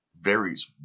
varies